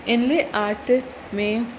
इनले आट में